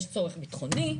יש צורך ביטחוני,